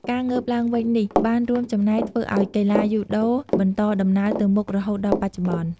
ការងើបឡើងវិញនេះបានរួមចំណែកធ្វើឲ្យកីឡាយូដូបន្តដំណើរទៅមុខរហូតដល់បច្ចុប្បន្ន ។